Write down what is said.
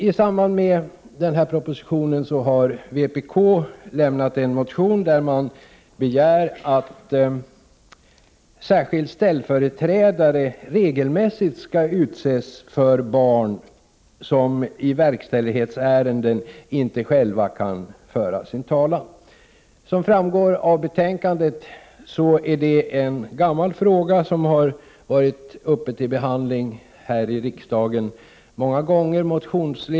Med anledning av denna proposition har vpk väckt en motion där man begär att särskild ställföreträdare regelmässigt skall utses för barn som i verkställighetsärenden inte själva kan föra sin talan. Som framgår av betänkandet är detta en gammal fråga, som många gånger varit föremål för behandling i riksdagen med anledning av motioner.